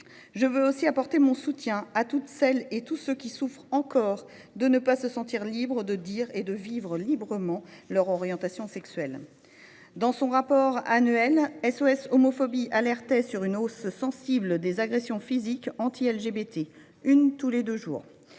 Je veux aussi apporter mon soutien à toutes celles et tous ceux qui souffrent encore de ne pas se sentir libres de dire et de vivre librement leur orientation sexuelle. Dans son dernier rapport annuel, SOS homophobie lançait l’alerte, en constatant une hausse sensible des agressions physiques contre les personnes